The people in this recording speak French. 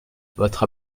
votre